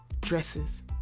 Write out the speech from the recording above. dresses